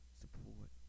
support